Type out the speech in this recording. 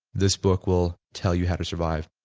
this book will tell you how to survive.